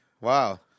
Wow